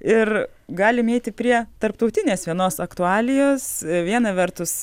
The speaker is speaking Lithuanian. ir galim eiti prie tarptautinės vienos aktualijos viena vertus